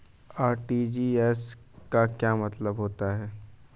RTGS का क्या मतलब होता है?